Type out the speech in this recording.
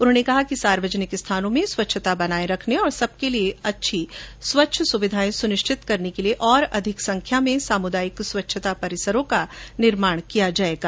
उन्होंने कहा कि सार्वजनिक स्थानों में स्वच्छता बनाये रखने और सबके लिए अच्छी स्वच्छ सुविधाएं सुनिश्चित करने के लिए और अधिक संख्या में सामुदायिक स्वच्छता परिसरों का निर्माण किया जायेगा